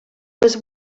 was